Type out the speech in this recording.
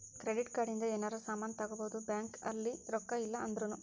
credit card ಇಂದ ಯೆನರ ಸಾಮನ್ ತಗೊಬೊದು ಬ್ಯಾಂಕ್ ಅಲ್ಲಿ ರೊಕ್ಕ ಇಲ್ಲ ಅಂದೃನು